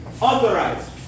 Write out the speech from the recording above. authorized